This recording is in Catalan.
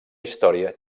història